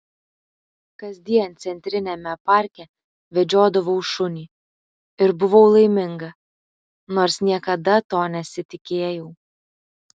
kasdien centriniame parke vedžiodavau šunį ir buvau laiminga nors niekada to nesitikėjau